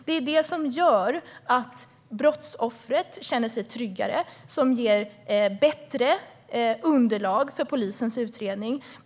Det är det som gör att brottsoffret känner sig tryggare och ger bättre underlag för polisens utredning.